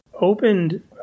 opened